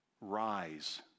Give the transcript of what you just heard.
rise